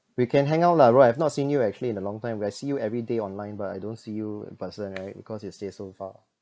we can hang out lah bro I've not seen you actually in a long time I see you every day online but I don't see you person right because you stay so far